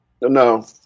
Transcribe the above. No